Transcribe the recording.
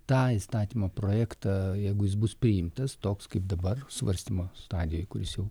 tą įstatymo projektą jeigu jis bus priimtas toks kaip dabar svarstymo stadijoje kuris jau